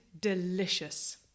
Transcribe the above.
delicious